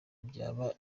byaba